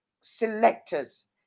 selectors